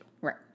Right